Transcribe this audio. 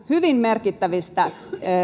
hyvin merkittävistä